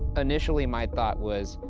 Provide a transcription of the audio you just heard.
initially, my thought was,